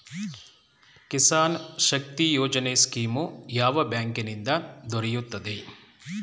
ಕಿಸಾನ್ ಶಕ್ತಿ ಯೋಜನೆ ಸ್ಕೀಮು ಯಾವ ಬ್ಯಾಂಕಿನಿಂದ ದೊರೆಯುತ್ತದೆ?